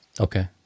Okay